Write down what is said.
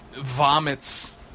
Vomits